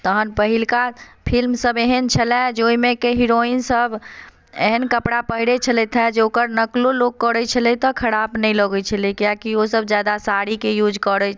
तहन पहिलका फिल्मसभ एहन छलए जे ओहिमे के हीरोइनसभ एहन कपड़ा पहिरैत छलथि हेँ जे ओकर नकलो लोक करैत छलै तऽ खराब नहि लगैत छलै कियाकि ओसभ ज्यादा साड़ीके यूज करै